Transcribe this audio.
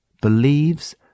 believes